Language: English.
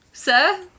sir